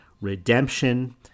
redemption